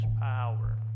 power